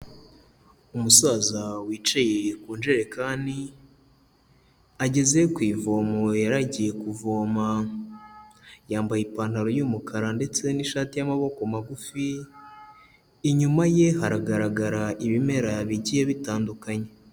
Umusaza wicaye ku njerekani, ageze ku ivomo yari agiye kuvoma, yambaye ipantaro y'umukara ndetse n'ishati y'amaboko magufi, inyuma ye haragaragara ibimera bigiye bitandukanye.